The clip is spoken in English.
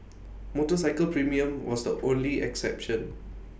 motorcycle premium was the only exception